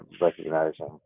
recognizing